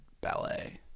ballet